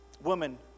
woman